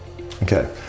Okay